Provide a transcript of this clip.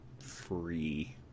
free